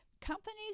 Companies